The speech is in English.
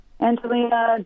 Angelina